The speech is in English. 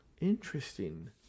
Interesting